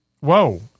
Whoa